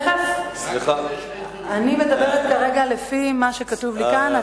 אני מדברת כרגע לפי מה שכתוב לי כאן,